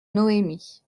noémie